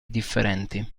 differenti